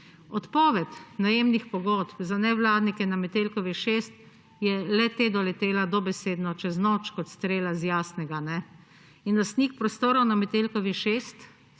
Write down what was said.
Odpoved najemnih pogodb za nevladnike na Metelkovi 6, je le-te doletela dobesedno čez noč, kot strela z jasnega in lastnik prostorov na Metelkovi 6,